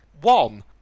One